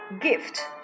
Gift